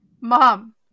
mom